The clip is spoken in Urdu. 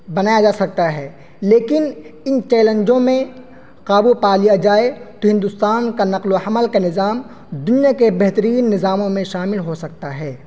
بنایا جا سکتا ہے لیکن ان چیلنجوں میں قابو پا لیا جائے تو ہندوستان کا نقل و حمل کا نظام دنیا کے بہترین نظاموں میں شامل ہو سکتا ہے